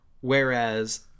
whereas